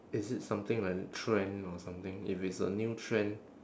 is it something like trend or something if it's a new trend